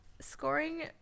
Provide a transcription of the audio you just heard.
scoring